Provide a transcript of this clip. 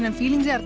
and feelings yeah